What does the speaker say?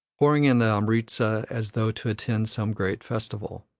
pouring into amritza as though to attend some great festival.